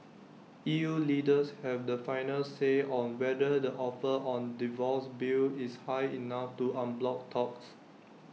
E U leaders have the final say on whether the offer on divorce bill is high enough to unblock talks